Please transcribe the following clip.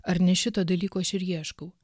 ar ne šito dalyko aš ir ieškau